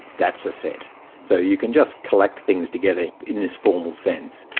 that's a set. so you can just collect things together in this formal sense.